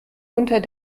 unter